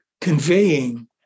conveying